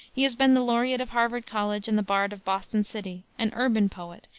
he has been the laureate of harvard college and the bard of boston city, an urban poet,